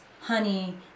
honey